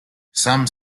some